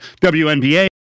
WNBA